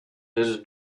his